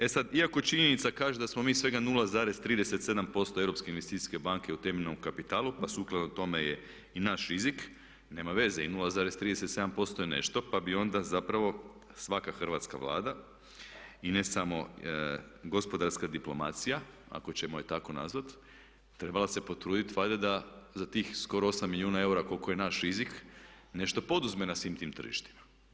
E sad iako činjenica kaže da smo mi svega 0,37% Europske investicijske banke u temeljnom kapitalu pa sukladno tome je i naš … [[Ne razumije se.]] , nema veze i 0,37% je nešto pa bi onda zapravo svaka Hrvatska vlada i ne samo gospodarska diplomacija ako ćemo je tako nazvati trebala se potruditi valjda da za tih skoro 8 milijuna eura koliko je naš … [[Ne razumije se.]] nešto poduzme na svim tim tržištima.